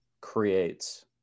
creates